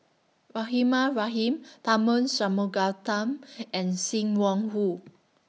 Rahimah Rahim Tharman Shanmugaratnam and SIM Wong Hoo